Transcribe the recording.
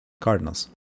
Cardinals